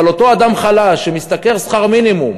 אבל אותו אדם חלש שמשתכר שכר מינימום